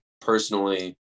personally